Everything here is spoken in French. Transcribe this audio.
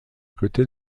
côté